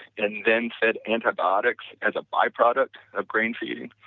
and then fed antibiotics as a byproduct of grain feeding,